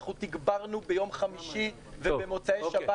אנחנו תגברנו ביום חמישי ובמוצאי שבת.